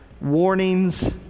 Warnings